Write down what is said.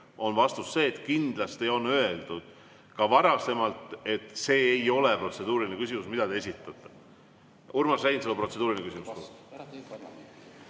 on vastus selline: kindlasti on öeldud ka varasemalt, et see ei ole protseduuriline küsimus, mida te esitate. Urmas Reinsalu, protseduuriline küsimus.